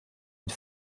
une